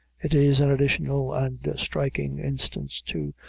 it is an additional and striking instance too,